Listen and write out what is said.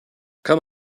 come